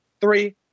Three